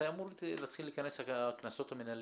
מתי אמור להתחיל להיכנס הקנסות המנהליים?